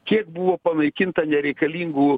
kiek buvo panaikinta nereikalingų